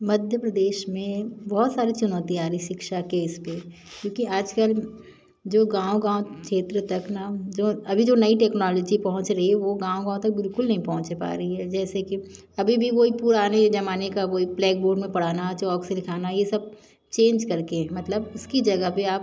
मध्य प्रदेश में बहुत सारी चुनौती आ रही सिक्षा के इस पर क्योंकि आज कल जो गाँव गाँव क्षेत्रतक ना जो अभी जो नई टेक्नोलेजी पहुंच रही है वो गाँव गाँव तक बिल्कुल नहीं पहुंच पा रही है जैसे कि अभी भी वही पुराने ज़माने का वई ब्लैक बोर्ड में पढ़ाना चॉक से लिखाना ये सब चेंज कर के मतलब इसकी जगह पर आप